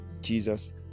jesus